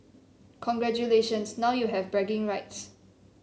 congratulations now you have bragging rights